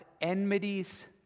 Enmities